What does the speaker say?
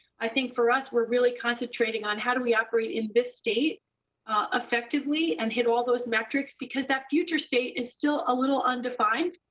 i think for us, we are really concentrating on how do we operate in this state effectively and hit all of those metrics, because that future state is still a little undefined.